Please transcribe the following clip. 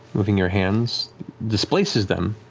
moving your hands displaces them,